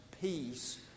peace